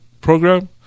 program